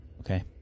Okay